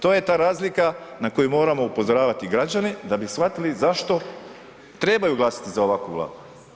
To je ta razlika na koju moramo upozoravati građane da bi shvatili zašto trebaju glasati za ovakvu Vladu.